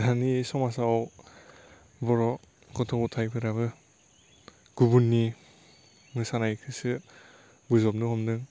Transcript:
दानि समाजआव बर' गथ' गथायफोराबो गुबुननि मोसानायखौसो बोजबनो हमदों